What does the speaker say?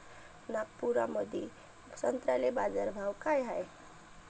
नागपुरामंदी संत्र्याले बाजारभाव काय हाय?